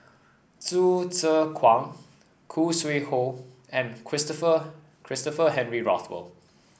Hsu Tse Kwang Khoo Sui Hoe and Christopher Christopher Henry Rothwell